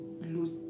lose